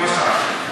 למשל.